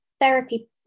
therapy